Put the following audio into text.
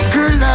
Girl